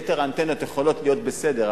יתר האנטנות יכולות להיות בסדר,